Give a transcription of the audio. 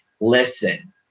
listen